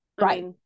Right